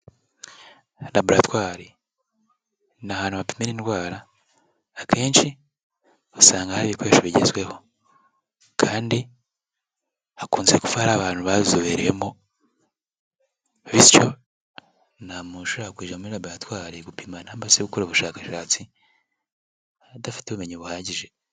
Laboratwari ni ahantu bapimira indwara akenshi usanga hari ibikoresho bigezweho kandi hakunze kuba hari abantu babizobereyemo bityo ntamuntu ushobora kujya muri laboratwaire gupima namba se gukora ubushakashatsi adafite ubumenyi buhagije.